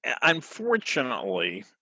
Unfortunately